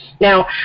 Now